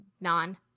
non